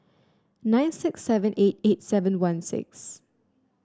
nine six seven eight eight seven one six